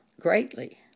greatly